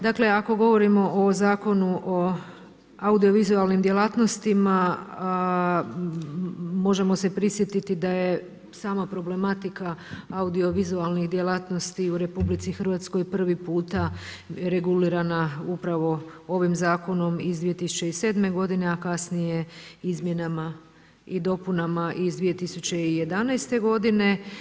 Dakle ako govorimo o Zakonu o audiovizualnim djelatnostima, možemo se prisjetiti da je sama problematika audiovizualnih djelatnosti u RH prvi puta regulirana upravo ovim zakonom iz 2007. godine, a kasnije izmjenama i dopunama iz 2011. godine.